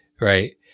right